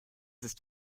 ist